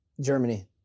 germany